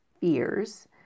fears